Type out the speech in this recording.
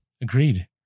Agreed